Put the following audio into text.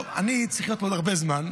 טוב, אני צריך להיות פה עוד הרבה זמן,